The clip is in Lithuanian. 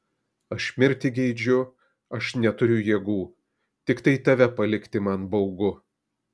aš mirti geidžiu aš neturiu jėgų tiktai tave palikti man baugu